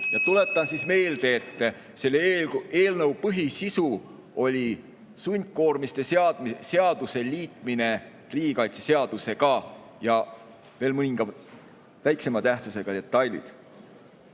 Tuletan meelde, et selle eelnõu põhisisu oli sundkoormiste seaduse liitmine riigikaitseseadusega, ja veel mõningad väiksema tähtsusega detailid.